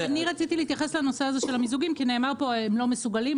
אני רציתי להתייחס לנושא הזה של המיזוגים כי נאמר פה הם לא מסוגלים,